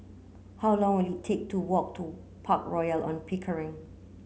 how long will it take to walk to Park Royal on Pickering